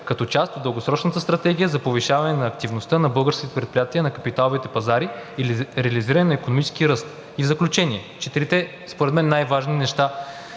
като част от дългосрочната стратегия за повишаване на активността на българските предприятия на капиталовите пазари и реализиране на икономически ръст. И в заключение, четирите според мен най-важни неща